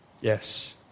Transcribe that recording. Yes